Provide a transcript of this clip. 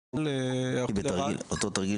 כולל צה"ל --- הייתי באותו תרגיל